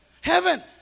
Heaven